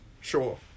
sure